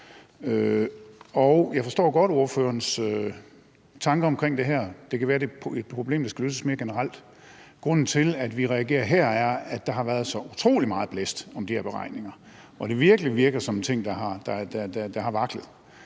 Jeg forstår godt ordførerens tanker omkring det her. Det kan være, det er et problem, der skal løses mere generelt. Grunden til, at vi reagerer her, er, at der har været så utrolig meget blæst om de her beregninger, og at det virkelig virker som en ting, der har vaklet.